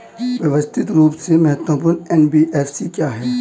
व्यवस्थित रूप से महत्वपूर्ण एन.बी.एफ.सी क्या हैं?